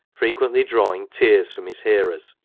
frequently drawing tears from his hearers,